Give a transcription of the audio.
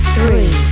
Three